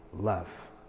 love